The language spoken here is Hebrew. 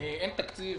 אין תקציב.